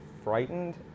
frightened